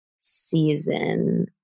season